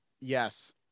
Yes